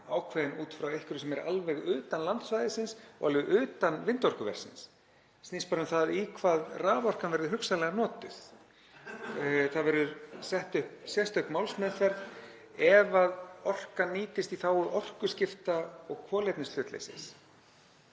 ákveðin út frá einhverju sem er alveg utan landsvæðisins og alveg utan vindorkuversins, snýst bara um það í hvað raforkan verði hugsanlega notuð. Það verður sett upp sérstök málsmeðferð ef orkan nýtist í þágu orkuskipta og kolefnishlutleysis.